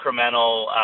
incremental